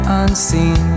unseen